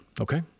Okay